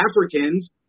Africans